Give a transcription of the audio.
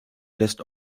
lässt